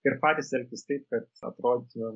ir patys elgtis taip kad atrodytumėm